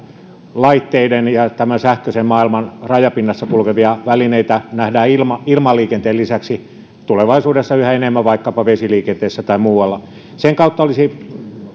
laitteiden ja sähköisen maailman rajapinnassa kulkevia välineitä nähdään ilmaliikenteen lisäksi tulevaisuudessa yhä enemmän vaikkapa vesiliikenteessä tai muualla sen kautta olisi